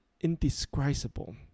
indescribable